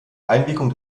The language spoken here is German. einwirkung